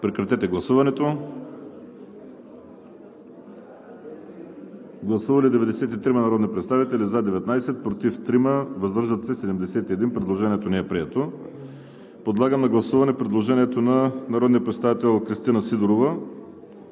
представител Христиан Митев. Гласували 93 народни представители: за 19, против 3, въздържали се 71. Предложението не е прието. Подлагам на гласуване предложението на народния представител Кристина Сидорова,